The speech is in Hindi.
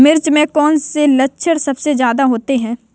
मिर्च में कौन से लक्षण सबसे ज्यादा होते हैं?